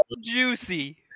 Juicy